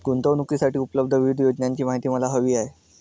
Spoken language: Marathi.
गुंतवणूकीसाठी उपलब्ध विविध योजनांची माहिती मला हवी आहे